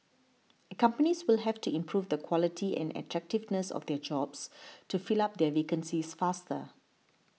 companies will have to improve the quality and attractiveness of their jobs to fill up their vacancies faster